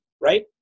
right